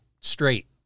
straight